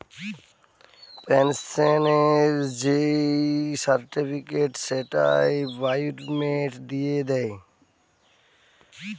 পেনসনের যেই সার্টিফিকেট, সেইটা বায়োমেট্রিক দিয়ে দেয়